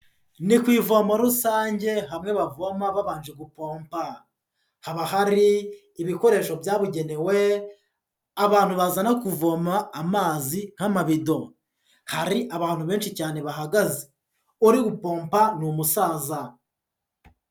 Ni ku ivomo rusange hamwe bavoma babanje gupompa, haba hari ibikoresho byabugenewe abantu bazana kuvoma amazi nk'amabido, hari abantu benshi cyane bahagaze, uri gupompa ni umusaza.